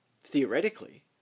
Theoretically